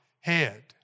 head